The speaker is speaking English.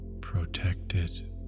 protected